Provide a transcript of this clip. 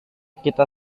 kita